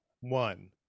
One